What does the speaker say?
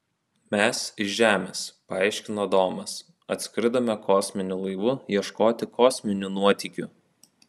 mes iš žemės paaiškino domas atskridome kosminiu laivu ieškoti kosminių nuotykių